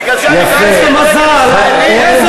בגלל זה אני גם, איזה מזל, יפה.